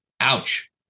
Ouch